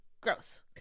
Gross